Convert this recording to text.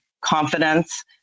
confidence